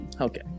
okay